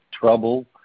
trouble